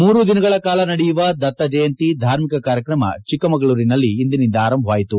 ಮೂರು ದಿನಗಳ ಕಾಲ ನಡೆಯುವ ದತ್ತ ಜಯಂತಿ ಧಾರ್ಮಿಕ ಕಾರ್ಯಕ್ರಮ ಚಿಕ್ಕಮಗಳೂರಿನಲ್ಲಿ ಇಂದಿನಿಂದ ಆರಂಭವಾಯಿತು